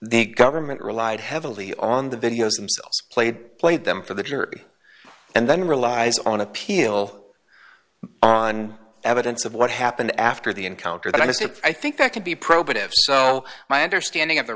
the government relied heavily on the videos themselves played played them for the jury and then relies on appeal on evidence of what happened after the encounter that i just i think that can be probative so my understanding of the